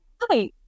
Hi